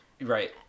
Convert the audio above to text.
Right